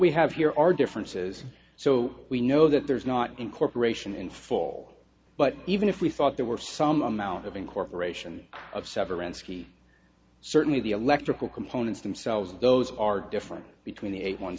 we have here are differences so we know that there's not incorporation in fall but even if we thought there were some amount of incorporation of severance he certainly the electrical components themselves those are different between the eight one